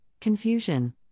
confusion